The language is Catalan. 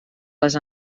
les